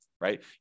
right